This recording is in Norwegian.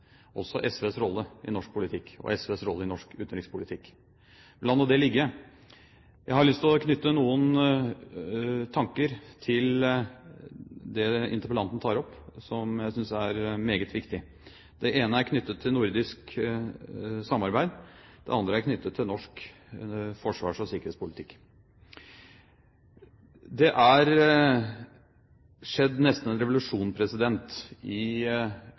også SVs rolle i norsk politikk og norsk utenrikspolitikk. La nå det ligge. Jeg har lyst til å knytte noen tanker til det interpellanten tar opp, som jeg synes er meget viktig. Det ene er knyttet til nordisk samarbeid, det andre er knyttet til norsk forsvars- og sikkerhetspolitikk. Det er skjedd nesten en revolusjon i